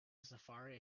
safari